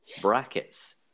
brackets